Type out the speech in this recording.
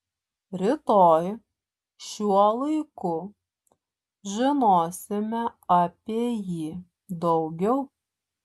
rytoj šiuo laiku žinosime apie jį daugiau